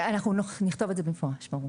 נכתוב את זה במפורש.